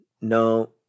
No